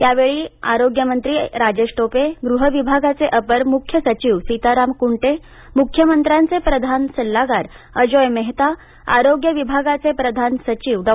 यावेळी आरोग्य मंत्री राजेश टोपे गृह विभागाचे अपर मुख्य सचिव सीताराम कुंटे मुख्यमंत्र्यांचे प्रधान सल्लागार अजोय मेहता आरोग्य विभागाचे प्रधान सचिव डॉ